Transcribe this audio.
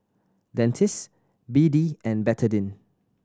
Dentiste B D and Betadine